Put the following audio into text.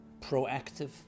proactive